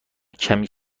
کمی